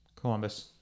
Columbus